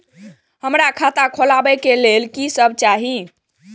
हमरा खाता खोलावे के लेल की सब चाही?